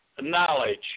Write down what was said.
knowledge